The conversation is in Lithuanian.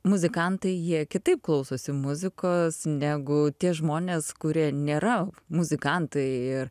muzikantai jie kitaip klausosi muzikos negu tie žmonės kurie nėra muzikantai ir